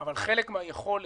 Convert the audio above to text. חלק מהיכולת,